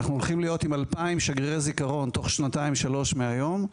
ואנחנו הולכים להיות עם 2000 שגרירי זכרון תוך שנתיים-שלוש מהיום.